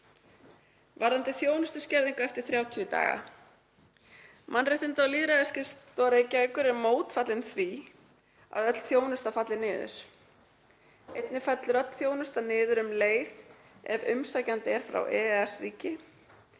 Varðandi þjónustuskerðingu eftir 30 daga. Mannréttinda- og lýðræðisskrifstofa Reykjavíkurborgar er mótfallin því að öll þjónusta falli niður. Einnig fellur öll þjónusta niður um leið ef umsækjandi er frá EES-ríki